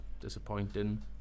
disappointing